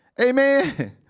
Amen